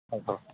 ଆଜ୍ଞା ହଉ